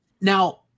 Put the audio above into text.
now